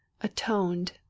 atoned